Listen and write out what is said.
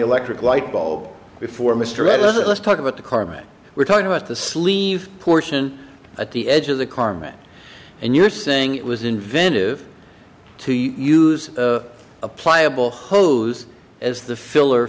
electric light bulb before mr ed let's talk about the current we're talking about the sleeve portion of the edge of the carmine and you're saying it was inventive to use a pliable hose as the filler